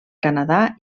canadà